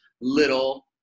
little